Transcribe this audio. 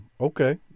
okay